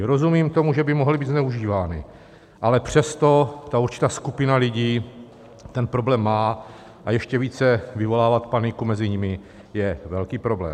Rozumím tomu, že by mohly být zneužívány, ale přesto určitá skupina lidí ten problém má, a ještě více vyvolávat paniku mezi nimi je velký problém.